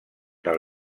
del